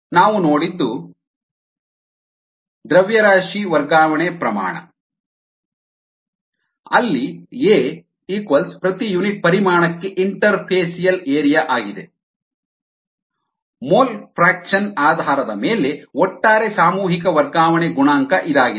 ನಾವು ನೋಡಿದ್ದು Flux molestransferredareatime KxxA xAL ದ್ರವ್ಯರಾಶಿ ವರ್ಗಾವಣೆ ಪ್ರಮಾಣ molestransferredtime KxA xA xAL ಅಲ್ಲಿ a interfacial area molestransferredvolumetimeKxAVxA xALKxaxA xAL ಅಲ್ಲಿ ಅಲ್ಲಿ ಎ ಪ್ರತಿ ಯೂನಿಟ್ ಪರಿಮಾಣಕ್ಕೆ ಇಂಟರ್ಫೇಸಿಯಲ್ ಏರಿಯಾ ಆಗಿದೆ KxaCO2KLa Volumetric oxygen transfer coefficient riKLaCO2 CO2V mole fraction ಆಧಾರದ ಮೇಲೆ ಒಟ್ಟಾರೆ ಸಾಮೂಹಿಕ ವರ್ಗಾವಣೆ ಗುಣಾಂಕ ಇದಾಗಿದೆ